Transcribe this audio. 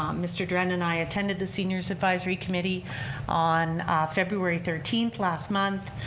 um mister and and i attended the senior's advisory committee on february thirteenth last month.